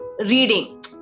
reading